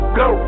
go